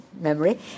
memory